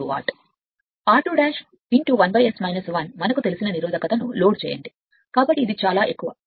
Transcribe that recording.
సరైనది R2 1 S 1 మనకు తెలిసిన నిరోధకతను లోడ్ చేయండి కాబట్టి ఇది చాలా ఎక్కువ